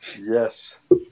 Yes